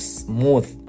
smooth